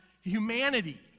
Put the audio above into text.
humanity